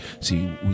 See